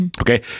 Okay